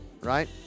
right